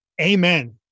Amen